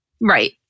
Right